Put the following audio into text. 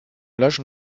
löschen